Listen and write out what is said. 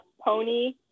Pony